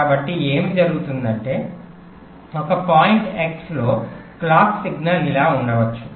కాబట్టి ఏమి జరుగుతుందంటే ఒక పాయింట్ x లో క్లాక్ సిగ్నల్ ఇలా ఉండవచ్చు